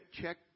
check